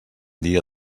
dia